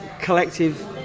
collective